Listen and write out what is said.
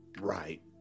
Right